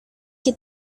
que